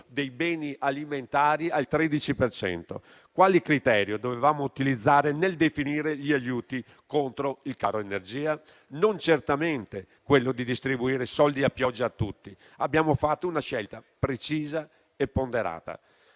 dei beni alimentari al 13 per cento. Quale criterio dovevamo utilizzare nel definire gli aiuti contro il caro energia? Non certamente quello di distribuire soldi a pioggia a tutti. Abbiamo fatto una scelta precisa e ponderata: